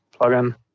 plugin